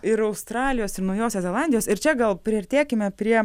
ir australijos ir naujosios zelandijos ir čia gal priartėkime prie